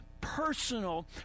personal